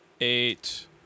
eight